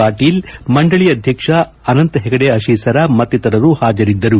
ಪಾಟೀಲ್ ಮಂಡಳಿ ಅಧ್ಯಕ್ಷ ಅನಂತ ಹೆಗಡೆ ಅಶೀಸರ ಮತ್ತಿರರು ಹಾಜರಿದ್ದರು